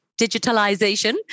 digitalization